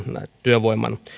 työvoiman